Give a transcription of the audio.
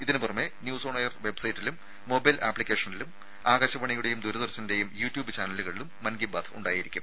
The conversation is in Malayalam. ഇതിന് പുറമെ ന്യൂസ് ഓൺ എയർ വെബ്സൈറ്റിലും മൊബൈൽ ആപ്പിക്കേഷനിലും ആകാശവാണിയുടെയും ദൂരദർശന്റെയും യൂട്യൂബ് ചാനലുകളിലും മൻ കി ബാത് ഉണ്ടായിരിക്കും